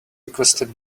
requested